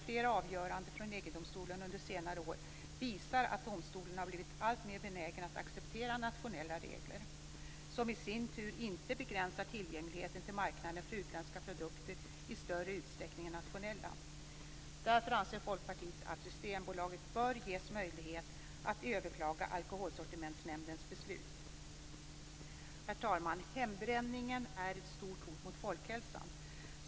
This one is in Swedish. Flera avgöranden under senare år visar att EG domstolen har blivit alltmer benägen att acceptera nationella regler som inte begränsar tillgängligheten till marknaden för utländska produkter i större utsträckning än för nationella produkter. Därför anser Folkpartiet att Systembolaget bör ges möjlighet att överklaga Alkoholsortimentsnämndens beslut. Herr talman! Hembränningen är ett stort hot mot folkhälsan.